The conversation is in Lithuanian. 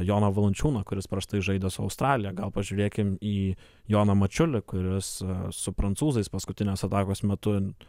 joną valančiūną kuris prastai žaidė su australija gal pažiūrėkim į joną mačiulį kuris su prancūzais paskutinės atakos metu